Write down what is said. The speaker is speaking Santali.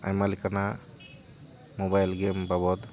ᱟᱭᱢᱟ ᱞᱮᱠᱟᱱᱟᱜ ᱢᱳᱵᱟᱭᱤᱞ ᱜᱮᱹᱢ ᱵᱟᱵᱚᱫ